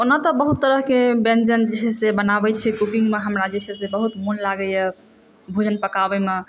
ओना तऽ बहुत तरहके व्यञ्जन जे छै से बनाबै छी कुकिङ्गमे हमरा जे छै से बहुत मन लागैए भोज पकाबैमे